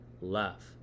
love